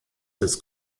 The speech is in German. des